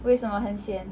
为什么很 sian